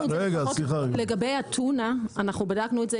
לפחות לגבי הטונה אנחנו בדקנו את זה,